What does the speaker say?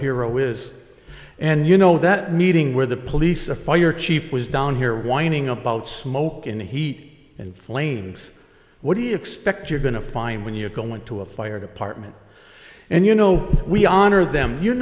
hero is and you know that meeting where the police the fire chief was down here whining about smoke in the heat and flames what do you expect you're going to find when you go into a fire department and you know we honor them you